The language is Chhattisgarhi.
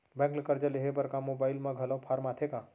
बैंक ले करजा लेहे बर का मोबाइल म घलो फार्म आथे का?